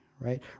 right